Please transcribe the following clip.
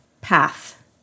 path